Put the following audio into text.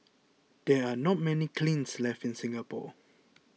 there are not many kilns left in Singapore